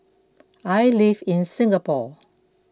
I live in Singapore